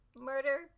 murder